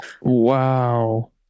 Wow